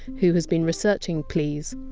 who has been researching! please!